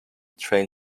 train